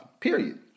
period